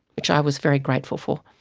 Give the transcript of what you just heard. which i was very grateful for.